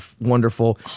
wonderful